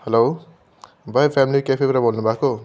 hello भैया family क्याफेबाट बोल्नुभएको